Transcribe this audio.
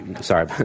Sorry